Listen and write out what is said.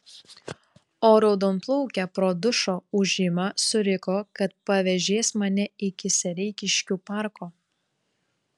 o raudonplaukė pro dušo ūžimą suriko kad pavėžės mane iki sereikiškių parko